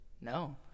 No